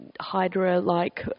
hydra-like